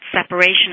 separation